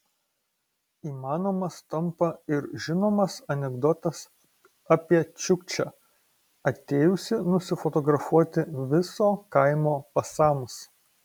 įmanomas tampa ir žinomas anekdotas apie čiukčią atėjusį nusifotografuoti viso kaimo pasams